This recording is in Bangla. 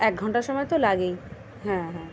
এক ঘন্টার সময় তো লাগেই হ্যাঁ হ্যাঁ